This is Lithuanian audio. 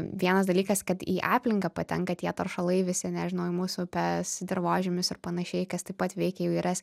vienas dalykas kad į aplinką patenka tie teršalai visi nežinau į mūsų upes dirvožemius ir panašiai kas taip pat veikia įvairias